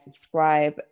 subscribe